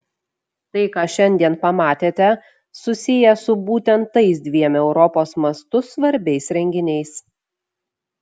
tai ką šiandien pamatėte susiję su būtent tais dviem europos mastu svarbiais renginiais